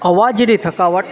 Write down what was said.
અવાજની થકાવટ